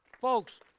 Folks